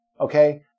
okay